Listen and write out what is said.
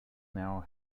now